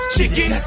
Chicken